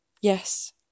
yes